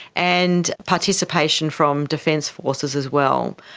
and participation from defence forces as well.